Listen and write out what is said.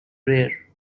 rare